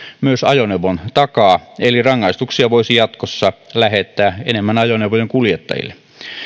myös ajoneuvon takaa eli rangaistuksia voisi jatkossa lähettää enemmän ajoneuvojen kuljettajille